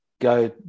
go